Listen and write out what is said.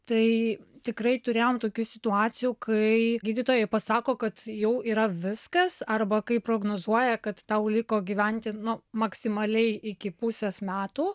tai tikrai turėjom tokių situacijų kai gydytojai pasako kad jau yra viskas arba kaip prognozuoja kad tau liko gyventi nu maksimaliai iki pusės metų